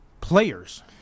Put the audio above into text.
players